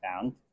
found